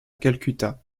calcutta